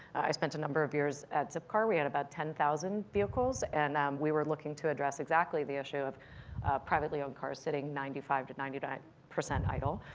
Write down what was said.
i spent a number of years at zipcar we had and about ten thousand vehicles and we were looking to address exactly the issue of privately owned car sitting ninety five to ninety nine percent idle.